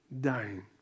dying